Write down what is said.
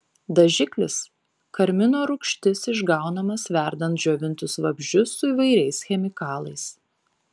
dažiklis karmino rūgštis išgaunamas verdant džiovintus vabzdžius su įvairiais chemikalais